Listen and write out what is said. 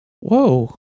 Whoa